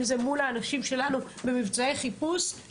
אם זה מול האנשים שלנו במבצעי חיפוש,